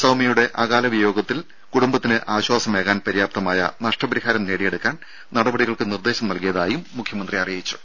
സൌമ്യയുടെ അകാലവിയോഗത്തിൽ കുടുംബത്തിന് ആശ്വാസമേകാൻ പര്യാപ്തമായ നഷ്ടപരിഹാരം നേടിയെടുക്കാൻ നടപടിക്ക് നിർദ്ദേശം നൽകിയതായി മുഖ്യമന്ത്രി അറിയിച്ചു